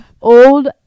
Old